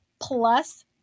plus